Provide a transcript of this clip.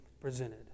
presented